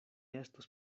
estos